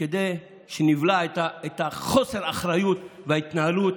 כדי שנבלע את חוסר האחריות וההתנהלות,